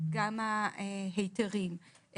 גם ההיתרים,